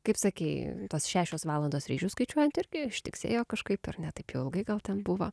kaip sakei tos šešios valandos ryžius skaičiuojant irgi ištiksėjo kažkaip ne taip ilgai gal ten buvo